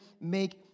make